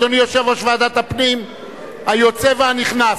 אדוני יושב-ראש ועדת הפנים היוצא והנכנס,